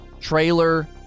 trailer